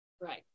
Right